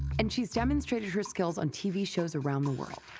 and she's demonstrated her skills on tv shows around the world